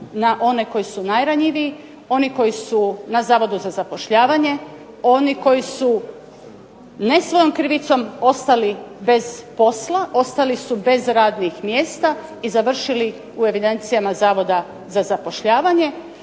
na one koji su najranjiviji, oni koji su na Zavodu za zapošljavanje, oni koji su ne svojom krivicom ostali bez posla, ostali su bez radnih mjesta i završili u evidencijama Zavoda za zapošljavanje.